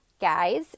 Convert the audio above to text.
guys